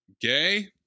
gay